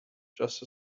just